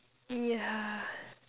yeah